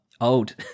old